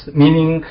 meaning